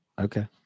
Okay